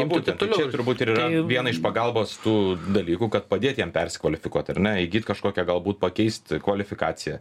būtent tai čia ir turbūt ir yra viena iš pagalbos tų dalykų kad padėt jiem persikvalifikuoti ar ne įgyt kažkokią galbūt pakeist kvalifikaciją